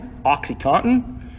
OxyContin